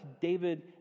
David